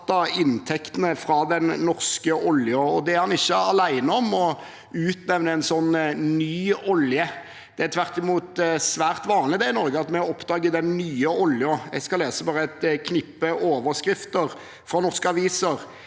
inntektene fra den norske oljen, og han er ikke alene om å utnevne en «ny olje». Det er tvert imot svært vanlig at vi i Norge oppdager den nye oljen. Jeg skal lese fra et knippe overskrifter i norske aviser: